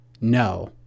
No